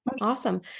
Awesome